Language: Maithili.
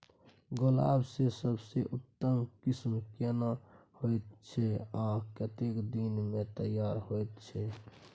गुलाब के सबसे उन्नत किस्म केना होयत छै आ कतेक दिन में तैयार होयत छै?